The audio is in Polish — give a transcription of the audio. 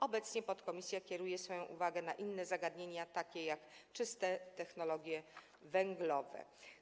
Obecnie podkomisja kieruje swoją uwagę na inne zagadnienia, takie jak czyste technologie węglowe.